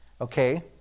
Okay